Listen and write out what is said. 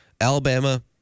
Alabama